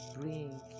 bring